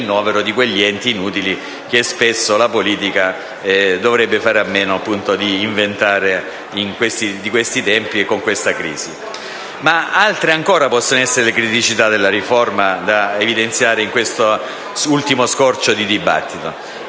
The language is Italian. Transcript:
Altre ancora possono essere le criticità della riforma da evidenziare in questo ultimo scorcio di dibattito.